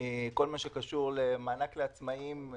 כל מה שקשור למענק לעצמאים,